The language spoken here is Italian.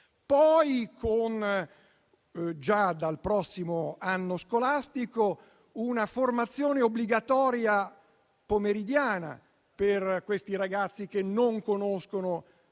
poi, già dal prossimo anno scolastico, con una formazione obbligatoria pomeridiana per quei ragazzi che non conoscono